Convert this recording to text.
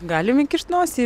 galim įkišti nosį